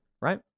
Right